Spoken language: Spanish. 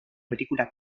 película